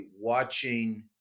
watching